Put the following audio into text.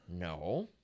no